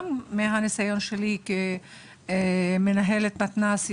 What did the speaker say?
גם היא בעקבות הניסיון שלי כמנהלת מתנ״ס.